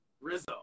Rizzo